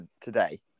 today